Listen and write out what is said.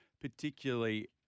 particularly